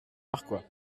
narquois